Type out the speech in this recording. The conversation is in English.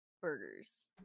burgers